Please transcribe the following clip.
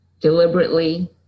deliberately